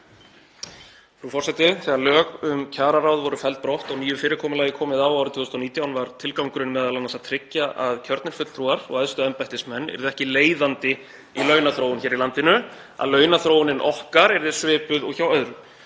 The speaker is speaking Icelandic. Þegar lög um kjararáð voru felld brott og nýju fyrirkomulagi komið á árið 2019 var tilgangurinn m.a. að tryggja að kjörnir fulltrúar og æðstu embættismenn yrðu ekki leiðandi í launaþróun hér í landinu, að launaþróunin okkar yrði svipuð og hjá öðrum.